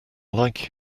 like